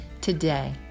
today